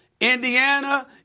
Indiana